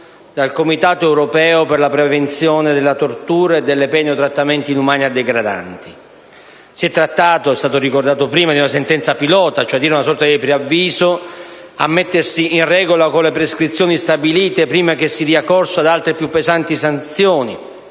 dal Comitato europeo per la prevenzione della tortura e delle pene o trattamenti inumani o degradanti. Si è trattato, come è stato ricordato prima, di una sentenza pilota: una sorta di preavviso a mettersi in regola con le prescrizioni stabilite prima che si dia corso ad altre più pesanti sanzioni.